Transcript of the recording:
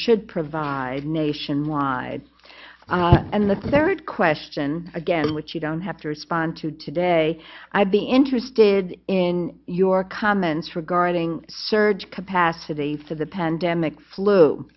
should provide nationwide and the third question again which you don't have to on to today i'd be interested in your comments regarding surge capacity for the